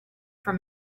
from